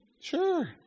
Sure